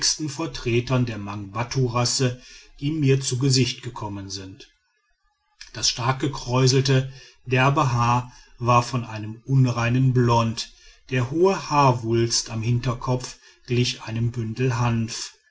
vertretern der mangbatturasse die mir zu gesicht gekommen sind das stark gekräuselte derbe haar war von einem unreinen blond der hohe haarwulst am hinterkopf glich einem bündel hanf